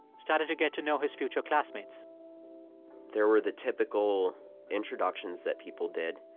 started to get to know his future classmates there were the typical introductions that people did,